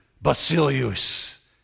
basilius